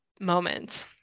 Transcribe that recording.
moment